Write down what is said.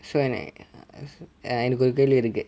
so என~ எனக்கு ஒரு கேள்வி இருக்கு:ena~ enakku oru kelvi irukku